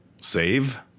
Save